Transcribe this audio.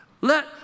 Let